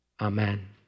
Amen